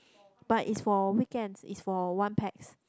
but it's for weekend it's for one pax